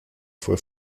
fue